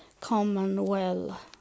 commonwealth